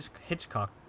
Hitchcock